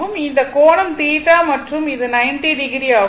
மற்றும் இந்த கோணம் θ மற்றும் இது 90 டிகிரி ஆகும்